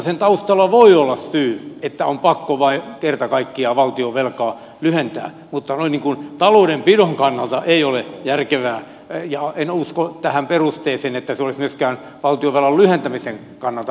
sen taustalla voi olla syy että on pakko vain kerta kaikkiaan valtionvelkaa lyhentää mutta taloudenpidon kannalta se ei ole järkevää ja en usko tähän perusteeseen että se olisi myöskään valtionvelan lyhentämisen kannalta perusteltua